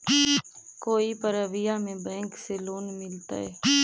कोई परबिया में बैंक से लोन मिलतय?